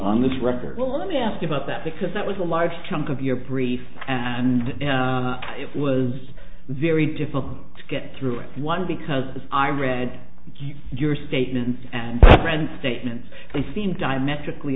this record well let me ask you about that because that was a large chunk of your brief and it was very difficult to get through in one because as i read your statements and friends statements they seemed diametrically